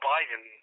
Biden